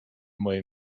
moje